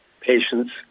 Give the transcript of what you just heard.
patients